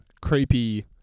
creepy